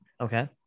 Okay